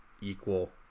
equal